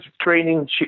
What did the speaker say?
training